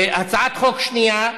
גם מבשלת.